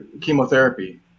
chemotherapy